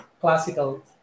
classical